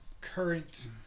current